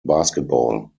basketball